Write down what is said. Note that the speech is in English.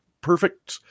perfect